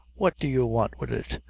what do you want wid it?